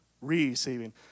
receiving